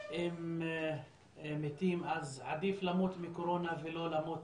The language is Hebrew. אם מתים אז עדיף למות מקורונה ולא למות